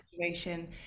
situation